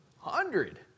Hundred